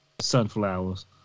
Sunflowers